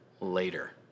later